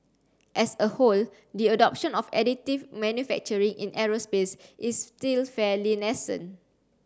as a whole the adoption of additive manufacturing in aerospace is still fairly nascent